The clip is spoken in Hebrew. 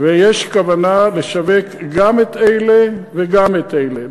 ויש כוונה לשווק גם את אלה וגם את אלה.